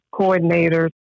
coordinators